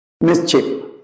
mischief